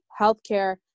healthcare